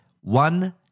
one